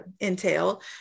entail